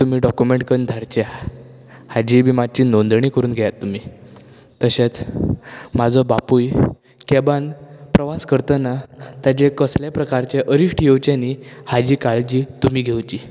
तुमी डोकुमेन्ट करून धाडचे हाजी बी मात्शी नोंदणी करून घेयात तुमी तशेंच म्हाजो बापूय कॅबान प्रवास करतना ताजेर कसलें प्रकारचें अरिश्ट येवचें न्ही हाजी काळजी तुमी घेवची